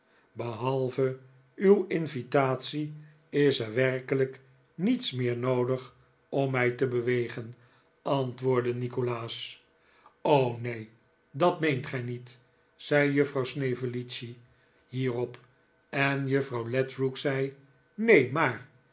behalve uw invitatie is er werkelijk niets meer noodig om mij te bewegen antwoordde nikolaas r o neen dat meent gij niet zei juffrouw snevellicci hierop en juffrouw ledrook zei neen maar